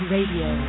Radio